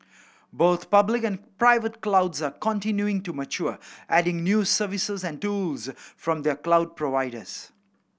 both public and private clouds are continuing to mature adding new services and tools from their cloud providers